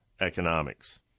economics